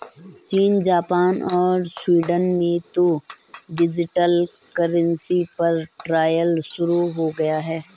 चीन, जापान और स्वीडन में तो डिजिटल करेंसी पर ट्रायल शुरू हो गया है